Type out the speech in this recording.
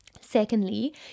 Secondly